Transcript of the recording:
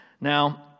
Now